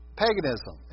paganism